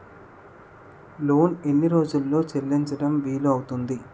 Loan ఎన్ని రోజుల్లో చెల్లించడం వీలు అవుతుంది?